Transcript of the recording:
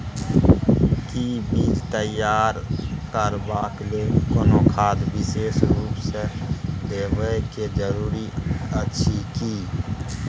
कि बीज तैयार करबाक लेल कोनो खाद विशेष रूप स देबै के जरूरी अछि की?